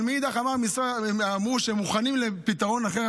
אבל מאידך גיסא הם אמרו שהם מוכנים לפתרון אחר.